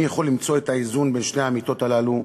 מי יכול למצוא את האיזון בין שתי האמיתות הללו,